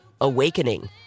awakening